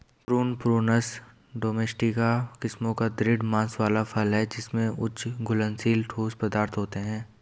prune, prunus domestica किस्मों का दृढ़ मांस वाला फल है जिसमें उच्च घुलनशील ठोस पदार्थ होते हैं